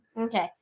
Okay